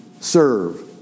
serve